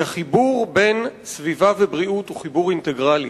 כי החיבור בין סביבה לבריאות הוא חיבור אינטגרלי.